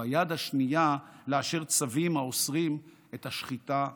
וביד השנייה לאשר צווים האוסרים את השחיטה הכשרה.